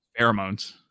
pheromones